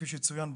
כפי שצוין,